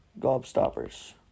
Gobstoppers